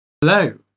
hello